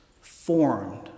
formed